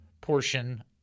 portion